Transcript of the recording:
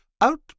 out